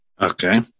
Okay